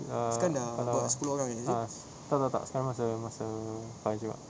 err kalau ah se~ tak tak tak sekarang masih masih five juga